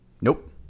nope